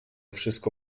wszystko